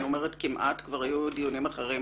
כבר היו דיונים אחרים